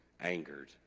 angered